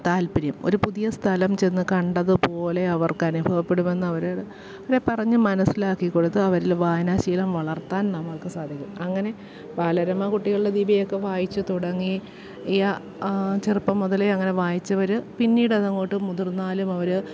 താത്പര്യം ഒരു പുതിയ സ്ഥലം ചെന്നു കണ്ടതുപോലെ അവർക്ക് അനുഭവപ്പെടുമെന്ന് അവർ അവരെ പറഞ്ഞു മനസ്സിലാക്കി കൊടുത്ത് അവരിൽ വായനാശീലം വളർത്താൻ നമ്മൾക്ക് സാധിക്കും അങ്ങനെ ബാലരമ കുട്ടികളിൽ ദീപികയൊക്കെ വായിച്ചു തുടങ്ങി യ ചെറുപ്പം മുതലേ അങ്ങനെ വായിച്ചവർ പിന്നീടതങ്ങോട്ട് മുതിർന്നാലും അവർ